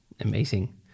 Amazing